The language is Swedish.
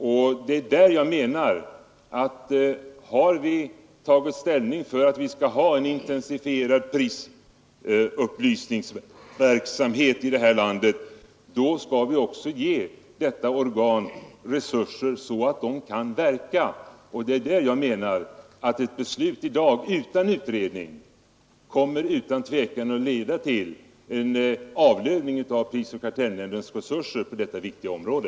Det är mot denna bakgrund jag menar, att har vi bestämt oss för att vi skall ha en intensifierad prisupplysningsverksamhet i det här landet, skall vi också ge detta organ sådana resurser att det kan verka och göra nytta. Ett beslut i dag, utan utredning, kommer enligt min mening att leda till en avlövning av prisoch kartellnämndens resurser på detta viktiga område.